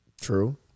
True